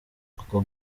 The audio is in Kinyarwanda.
ako